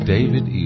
David